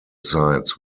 sites